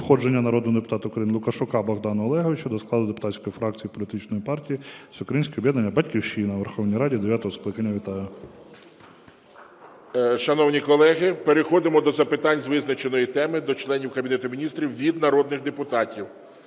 входження народного депутата України Лукашука Богдана Олеговича до складу депутатської фракції політичної партії Всеукраїнське об'єднання "Батьківщина" у Верховній Раді дев'ятого скликання. Вітаю. ГОЛОВУЮЧИЙ. Шановні колеги, переходимо до запитань з визначеної теми до членів Кабінету Міністрів від народних депутатів.